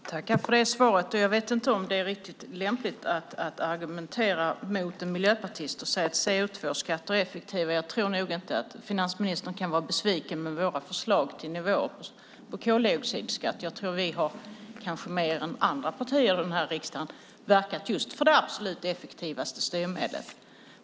Herr talman! Jag tackar för svaret. Jag vet inte om det är riktigt lämpligt att argumentera mot en miljöpartist och säga att CO2-skatter är effektiva. Jag tror inte att finansministern kan vara besviken med våra förslag till nivån på koldioxidskatt. Jag tror att vi kanske mer än andra partier i den här riksdagen har verkat för det absolut effektivaste styrmedlet.